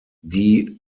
die